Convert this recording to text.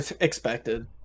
expected